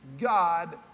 God